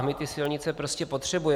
My ty silnice prostě potřebujeme.